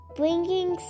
bringing